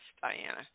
Diana